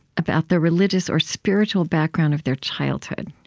about the religious or spiritual background of their childhood.